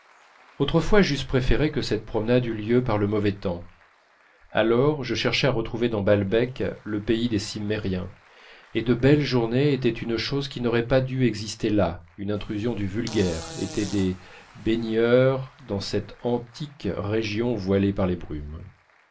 autrefois j'eusse préféré que cette promenade eût lieu par le mauvais temps alors je cherchais à retrouver dans balbec le pays des cimmériens et de belles journées étaient une chose qui n'aurait pas dû exister là une intrusion du vulgaire été des baigneurs dans cette antique région voilée par les brumes